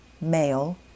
male